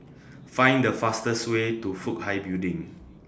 Find The fastest Way to Fook Hai Building